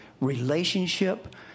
relationship